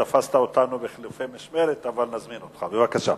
תפסת אותנו בחילופי משמרת, אבל נזמין אותך, בבקשה.